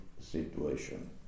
situation